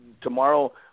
tomorrow